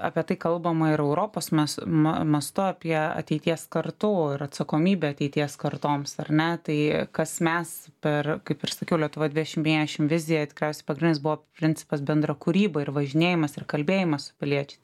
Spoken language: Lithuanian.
apie tai kalbama ir europos mes ma mastu apie ateities kartų ir atsakomybę ateities kartoms ar ne tai kas mes per kaip ir sakiau lietuvoj dvidešim penkiasdešim vizija tikriausiai pagrindinis buvo principas bendra kūryba ir važinėjimas ir kalbėjimas su piliečiais